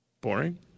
Boring